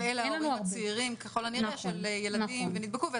שאלה ההורים הצעירים ככל הנראה של ילדים שנדבקו.